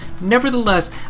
Nevertheless